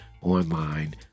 online